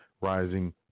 rising